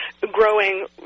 growing